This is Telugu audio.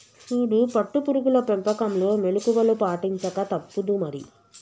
సూడు పట్టు పురుగుల పెంపకంలో మెళుకువలు పాటించక తప్పుదు మరి